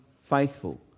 faithful